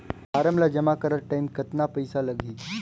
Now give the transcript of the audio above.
Form ला जमा करत टाइम कतना पइसा लगही?